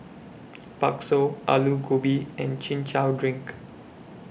Bakso Aloo Gobi and Chin Chow Drink